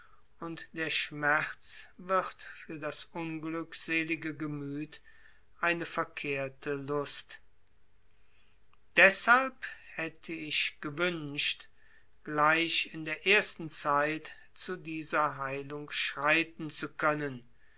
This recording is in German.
und der schmerz wird für das unglückselige gemüth eine verkehrte lust deshalb hätte ich gewünscht gleich in der ersten zeit zu dieser heilung schreiten zu können